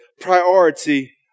priority